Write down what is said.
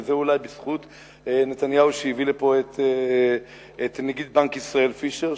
וזה אולי בזכות נתניהו שהביא לפה את נגיד בנק ישראל פישר,